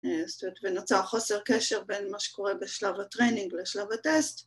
‫ונוצר חוסר קשר בין מה שקורה ‫בשלב הטריינינג לשלב הטסט.